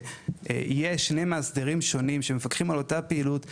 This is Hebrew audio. שיהיו שני מאסדרים שונים שמפקחים על אותה הפעילות;